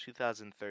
2013